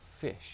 fish